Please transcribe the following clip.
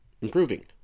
improving